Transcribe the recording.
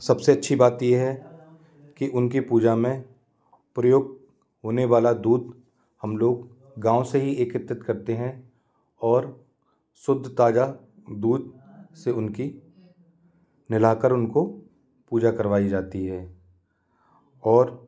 सब से अच्छी बात ये है कि उनकी पूजा में प्रयोग होने वाला दूध हम लोग गाँव से ही एकत्रित करते हैं और शुद्ध ताज़े दूध से उनकी नहला कर उनको पूजा करवाई जाती है और